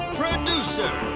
producer